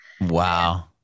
wow